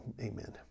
amen